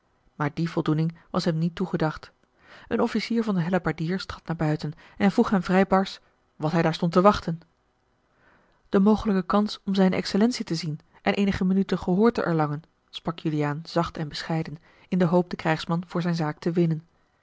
maar die voldoening was hem niet toegedacht een officier van de hellebaardiers trad naar buiten en vroeg hem vrij barsch wat hij daar stond te wachten de mogelijke kans om zijne excellentie te zien en eenige minuten gehoor te erlangen sprak juliaan zacht en bescheiden in de hoop den krijgsman voor zijne zaak te winnen